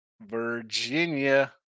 Virginia